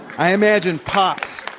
i imagine p ops,